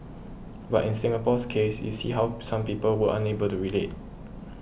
but in Singapore's case you see how some people were unable to relate